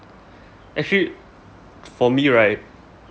actually for me right